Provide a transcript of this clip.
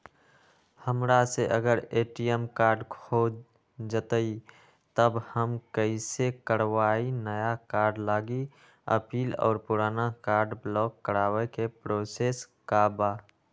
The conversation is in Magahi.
हमरा से अगर ए.टी.एम कार्ड खो जतई तब हम कईसे करवाई नया कार्ड लागी अपील और पुराना कार्ड ब्लॉक करावे के प्रोसेस का बा?